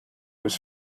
was